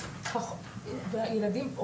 אז ילדים,